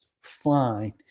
fine